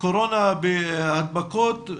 הקורונה וההדבקות,